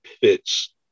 fits